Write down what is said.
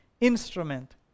instrument